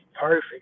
perfect